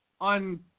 on